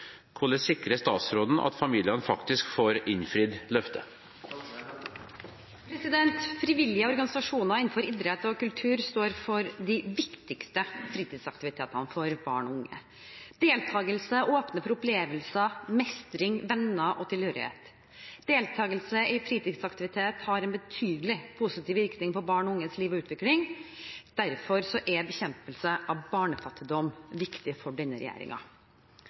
Hvordan sikrer statsråden at familiene faktisk får innfridd løftet?» Frivillige organisasjoner innenfor idrett og kultur står for de viktigste fritidsaktivitetene for barn og unge. Deltakelse åpner for opplevelser, mestring, venner og tilhørighet. Deltakelse i fritidsaktivitet har en betydelig positiv virkning på barn og unges liv og utvikling. Derfor er bekjempelse av barnefattigdom viktig for denne